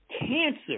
cancer